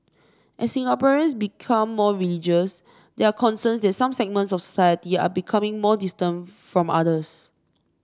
as Singaporeans become more religious there are concerns that some segments of society are becoming more distant from others